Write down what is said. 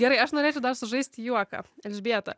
gerai aš norėčiau dar sužaisti juoką elžbieta